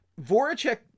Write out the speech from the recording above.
Voracek